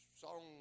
song